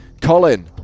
Colin